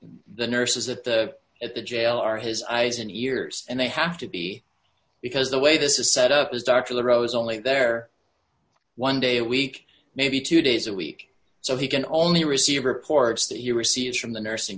the nurses at the at the jail are his eyes and ears and they have to be because the way this is set up is dr rose only there one day a week maybe two days a week so he can only receive reports that he receives from the nursing